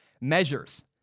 measures